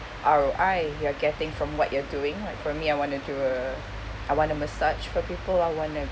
R_O_I you're getting from what you're doing like for me I want to do uh I want to massage for people I want to